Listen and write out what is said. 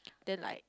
then like